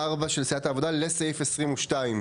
24: "לאחר סעיף קטן 22(ו)